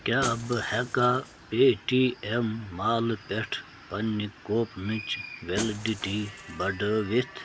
کیٛاہ بہٕ ہیٚکاہ پے ٹی ایٚم مالہٕ پٮ۪ٹھ پننہِ کوپنٕچ ویٚلڈِٹی بڑھٲیِتھ